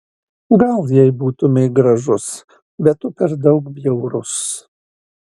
gal jei būtumei gražus bet tu per daug bjaurus